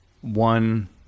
One